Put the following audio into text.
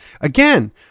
Again